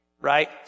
right